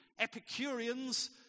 Epicureans